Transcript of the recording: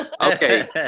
Okay